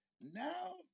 Now